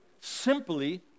simply